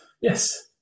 Yes